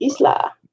Isla